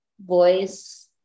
voice